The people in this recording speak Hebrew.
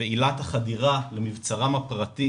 והילת החדירה למבצרם הפרטי